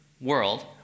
world